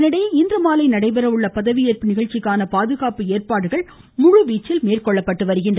இதனிடையே இன்று மாலை நடைபெறவுள்ள பதவி ஏற்பு நிகழ்ச்சிக்கான பாதுகாப்பு ஏற்பாடுகள் முழுவீச்சில் மேற்கொள்ளப்பட்டு வருகின்றன